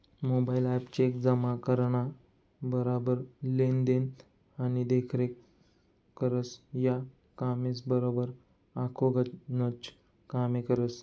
mobile app cheque जमा कराना बराबर लेन देन आणि देखरेख करस, या कामेसबराबर आखो गनच कामे करस